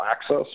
access